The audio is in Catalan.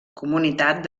comunitat